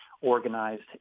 organized